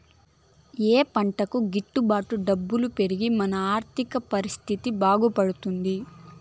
ఏ పంటకు గిట్టు బాటు డబ్బులు పెరిగి మన ఆర్థిక పరిస్థితి బాగుపడుతుంది?